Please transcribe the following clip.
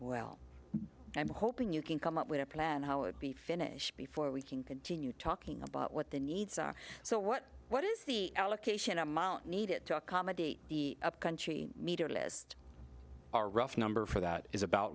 well i'm hoping you can come up with a plan how it be finished before we can continue talking about what the needs are so what what is the allocation amount needed to accommodate upcountry list or rough number for that is about